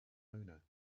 owner